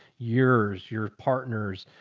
yours, your partners,